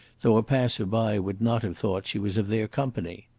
though a passer-by would not have thought she was of their company.